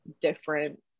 different